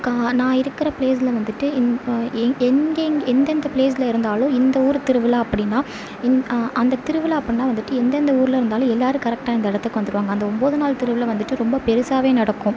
கா நா இருக்கிற ப்ளேஸில் வந்துவிட்டு எங்ககெங்க எந்ததெந்த ப்ளேஸில் இருந்தாலும் இந்த ஊர் திருவிழா அப்படின்னா அந்த திருவிழா அப்புன்னா வந்துவிட்டு எந்ததெந்த ஊரில் இருந்தாலும் எல்லாரும் கரெக்டாக இந்த இடத்துக்கு வந்துருவாங்க அந்த ஒம்பது நாள் திருவிழா வந்துவிட்டு ரொம்ப பெருசாகவே நடக்கும்